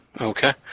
Okay